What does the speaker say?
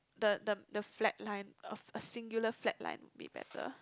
the the the flat line of a singular flat line would be better